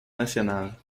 nationale